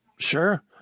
Sure